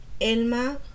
Elma